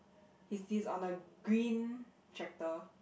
he's he's on the green tractor